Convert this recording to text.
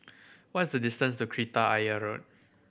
what is the distance to Kreta Ayer Road